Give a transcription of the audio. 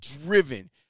driven